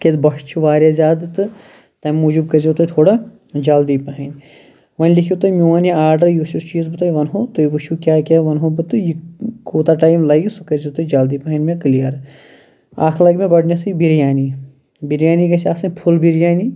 تِکیاز بۄچھِ چھِ واریاہ زیادٕ تہٕ تَمہِ موٗجوٗب کٔر زیٚو تُہۍ تھوڑا جَلدی پَہَنۍ وۄنۍ لیکھِو تُہۍ میون یہِ آرڈَر یُس یُس چیٖز بہٕ تۄہہِ وَنہو تُہۍ وٕچھِو کیاہ کیاہ وَنہو بہٕ تہٕ یہِ کوٗتاہ ٹایِم لَگہِ تہٕ سُہ کٔر زیٚو تُہۍ جلدی پَہَنۍ مےٚ کٕلیر اَکھ لَگہِ مےٚ گۄڈٕنیٚتھٕے بِریانی بِریانی گَژھِ آسٕنۍ فُل بِریانی